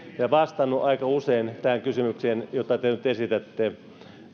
ja vastannut aika usein tähän kysymykseen jota te nyt esitätte